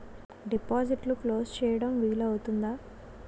డిపాజిట్లు క్లోజ్ చేయడం వీలు అవుతుందా?